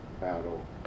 battle